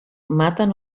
maten